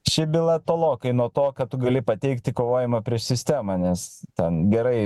ši byla tolokai nuo to kad tu gali pateikti kovojimą prieš sistemą nes ten gerai